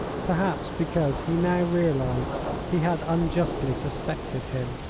perhaps because he now realized he had unjustly suspected him.